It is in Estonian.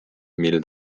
mil